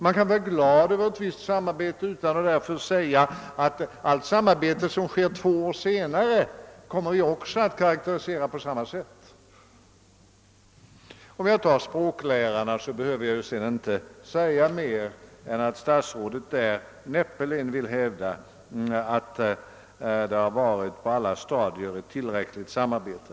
Man kan vara glad över ett visst samarbete utan att därför vilja karakterisera allt samarbete som sker två år senare på samma sätt. Om jag går över till språklärarna behöver jag sedan inte säga mer än att statsrådet därvidlag näppeligen = vill hävda att det på alla stadier har förekommit ett tillräckligt samarbete.